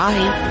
Bye